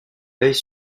veille